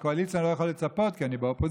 מהקואליציה אני לא יכול לצפות, כי אני באופוזיציה,